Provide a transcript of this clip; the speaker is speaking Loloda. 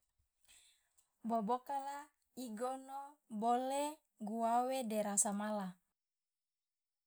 bobokala igono bole guawe de rasa mala.